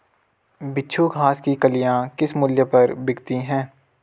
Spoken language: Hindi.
बिच्छू घास की कलियां किस मूल्य पर बिकती हैं?